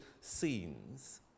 scenes